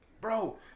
bro